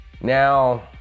now